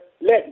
let